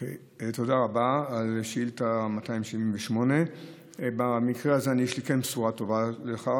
תודה רבה על שאילתה מס' 278. במקרה הזה יש לי כן בשורה טובה לך,